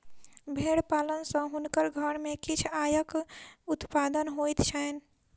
भेड़ पालन सॅ हुनकर घर में किछ आयक उत्पादन होइत छैन